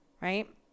Right